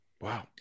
Wow